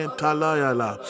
talayala